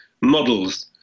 models